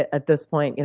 at this point, you know